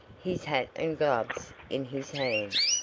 his hat and gloves in his hand.